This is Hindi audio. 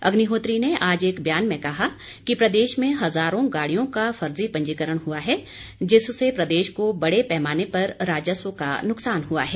अग्निहोत्री ने आज एक बयान में कहा कि प्रदेश में हजारों गाड़ियों का फर्जी पंजीकरण हुआ है जिससे प्रदेश को बड़े पैमाने पर राजस्व का नुकसान हुआ है